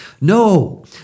No